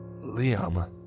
Liam